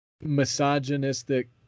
misogynistic